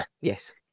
Yes